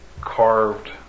carved